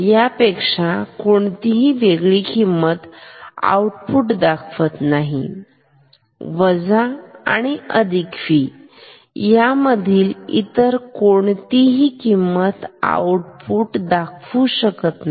यापेक्षा कोणतीही वेगळी किंमत आउटपुट दाखवत नाही वजा आणि अधिक V यामधली इतर कोणतीही किंमत आउटपुट दाखवू शकत नाही